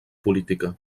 política